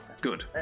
good